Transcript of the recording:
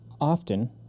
often